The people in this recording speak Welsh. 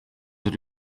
ydw